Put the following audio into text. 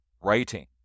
writing